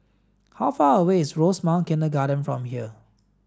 how far away is Rosemount Kindergarten from here